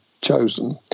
chosen